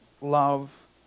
love